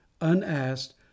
unasked